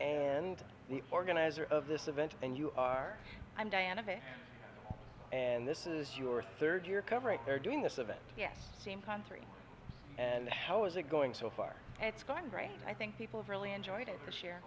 and we organizer of this event and you are i'm diana and this is your third year coverage they're doing this event yes same country and how is it going so far it's going great i think people really enjoy it